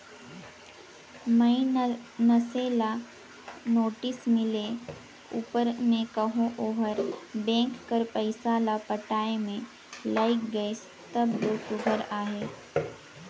मइनसे ल नोटिस मिले उपर में कहो ओहर बेंक कर पइसा ल पटाए में लइग गइस तब दो सुग्घर अहे